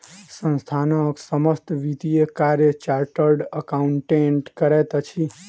संस्थानक समस्त वित्तीय कार्य चार्टर्ड अकाउंटेंट करैत अछि